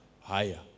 Higher